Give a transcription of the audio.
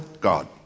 God